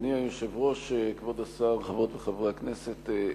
אדוני היושב-ראש, כבוד השר, חברות וחברי הכנסת,